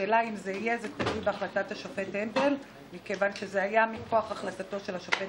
התש"ף 2019, נתקבלה.